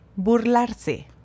Burlarse